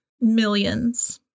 millions